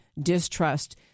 distrust